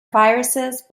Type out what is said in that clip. viruses